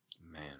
Man